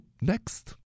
next